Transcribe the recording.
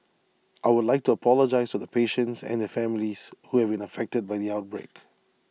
I would like to apologise to the patients and their families who have been affected by the outbreak